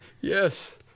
Yes